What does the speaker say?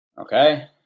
Okay